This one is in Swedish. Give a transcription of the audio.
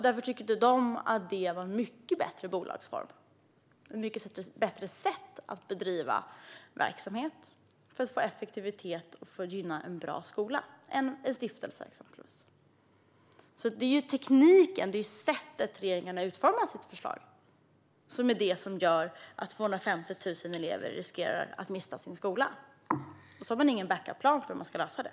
Därför tycker de att stiftelse var en mycket bättre bolagsform och ett mycket bättre sätt att bedriva verksamhet på för att få effektivitet och för att gynna en bra skola. Det är tekniken och sättet som regeringen har utformat sitt förslag på som gör att 250 000 elever riskerar att mista sin skola. Sedan har man ingen backup-plan för hur man ska lösa det.